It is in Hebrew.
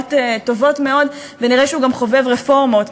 נראות טובות מאוד ונראה שהוא גם חובב רפורמות,